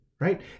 right